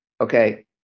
Okay